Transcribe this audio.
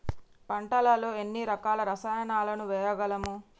పంటలలో ఎన్ని రకాల రసాయనాలను వేయగలము?